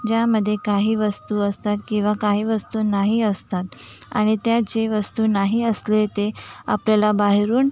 ज्यामध्ये काही वस्तू असतात किंवा काही वस्तू नाही असतात आणि त्यात जे वस्तू नाही असले ते आपल्याला बाहेरून